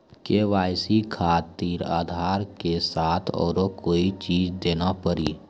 KYC खातिर आधार के साथ औरों कोई चीज देना पड़ी?